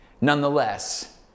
Nonetheless